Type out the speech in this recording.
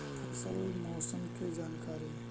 फसल मौसम के जानकारी?